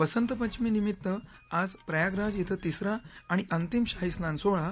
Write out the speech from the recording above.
वसंतपंचमी निमित्त आज प्रयागराज इथं तिसरा आणि अंतिम शाहीस्नान सोहळा